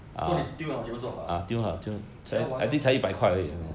so 你 tune liao 你就做好 liao ah 给她玩 lor